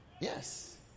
Yes